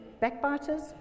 backbiters